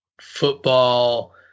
football